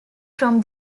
from